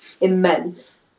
immense